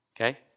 Okay